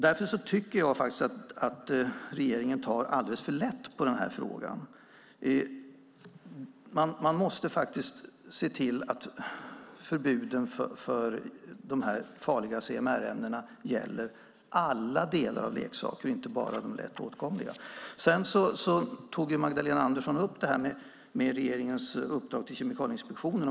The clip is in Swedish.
Därför tycker jag att regeringen tar alldeles för lätt på frågan. Man måste se till att förbuden mot de farliga CMR-ämnena gäller alla delar av leksaker, och inte bara de lätt åtkomliga. Magdalena Andersson tog upp regeringens uppdrag till Kemikalieinspektionen.